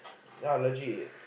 ya legit